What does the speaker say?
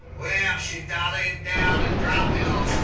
well, yeah she dollied down and dropped me, lord